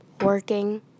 working